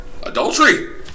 Adultery